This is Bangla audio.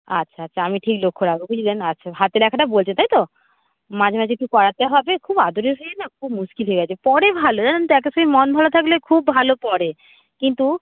আচ্ছা আচ্ছা আমি ঠিক লক্ষ্য রাখবো বুঝলেন আচ্ছা হাতে রাখাটা বলছেন তাই তো মাঝে মাঝে একটু পড়াতে হবে খুব আদরের হয়ে না খুব মুশকিল হয়ে গেছে পড়ে ভালো জানেন তো এক এক সময় মন ভালো থাকলে খুব ভালো পড়ে কিন্তু